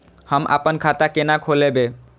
हम आपन खाता केना खोलेबे?